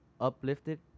uplifted